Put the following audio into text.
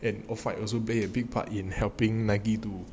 then off white also play a big part in helping Nike to